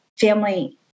family